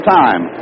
time